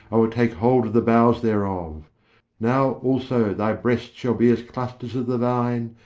i will take hold of the boughs thereof now also thy breasts shall be as clusters of the vine,